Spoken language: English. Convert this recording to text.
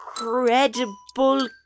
Incredible